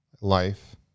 life